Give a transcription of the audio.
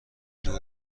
دور